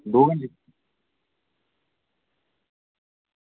दौ घैंटे